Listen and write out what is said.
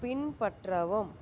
பின்பற்றவும்